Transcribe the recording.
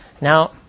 Now